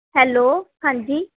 hello ਹਾਂਜੀ